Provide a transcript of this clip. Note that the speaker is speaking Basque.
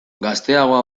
gazteagoa